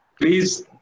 please